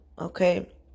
Okay